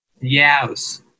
Yes